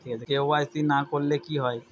KYC না করলে কি হয়?